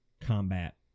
combat